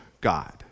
God